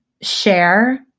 share